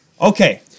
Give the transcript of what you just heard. Okay